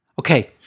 Okay